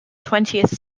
twentieth